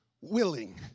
willing